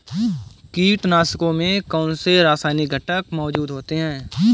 कीटनाशकों में कौनसे रासायनिक घटक मौजूद होते हैं?